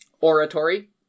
oratory